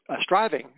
striving